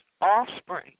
offspring